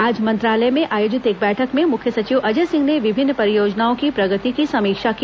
आज मंत्रालय में आयोजित एक बैठक में मुख्य सचिव अजय सिंह ने विभिन्न परियोजनाओं की प्रगति की समीक्षा की